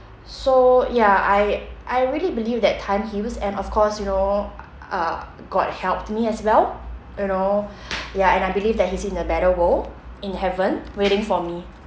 so ya I I really believe that time heals and of course you know uh god helped me as well you know ya and I believe that he's in a better world in heaven waiting for me